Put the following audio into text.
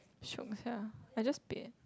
shiok sia I just paid